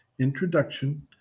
Introduction